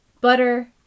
butter